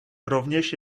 rovněž